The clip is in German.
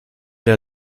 der